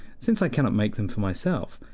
since i cannot make them for myself,